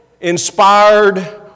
inspired